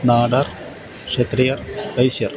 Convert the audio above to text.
നാടർ ക്ഷത്രീയർ വൈശ്യർ